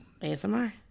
ASMR